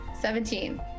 Seventeen